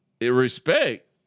Respect